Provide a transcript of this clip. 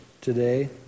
today